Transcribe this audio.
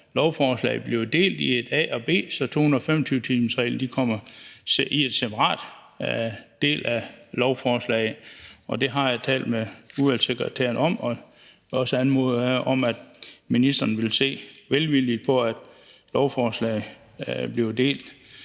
lovforslaget bliver delt i et A- og et B-forslag, så 225-timersreglen kommer i et separat lovforslag. Det har jeg talt med udvalgssekretæren om, og jeg har også anmodet om, at ministeren vil se velvilligt på, at lovforslaget bliver delt.